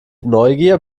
neugier